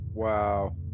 Wow